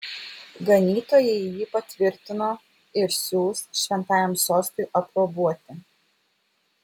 ganytojai jį patvirtino ir siųs šventajam sostui aprobuoti